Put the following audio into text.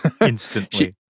Instantly